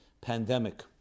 pandemic